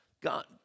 God